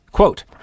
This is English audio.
Quote